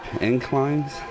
inclines